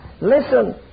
listen